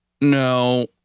no